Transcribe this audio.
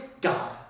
God